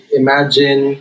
imagine